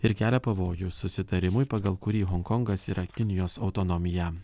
ir kelia pavojų susitarimui pagal kurį honkongas yra kinijos autonomija